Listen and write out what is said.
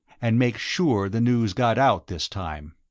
and make sure the news got out this time.